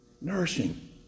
nourishing